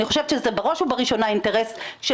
אני חושבת שבראש ובראשונה אינטרס של